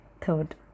Third